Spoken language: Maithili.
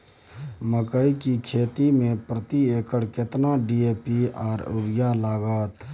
मकई की खेती में प्रति एकर केतना डी.ए.पी आर यूरिया लागत?